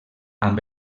amb